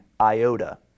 iota